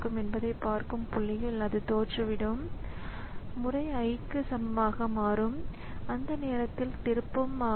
எனவே இந்த கட்டம் முடிந்ததும் கணினி முழுமையாக துவக்கப்பட்டு பின்னர் ஏதேனும் நிகழ்வு நிகழும் வரை கணினி காத்திருக்கிறது